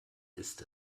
ist